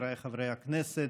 חבריי חברי הכנסת,